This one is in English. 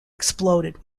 exploded